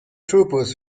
troopers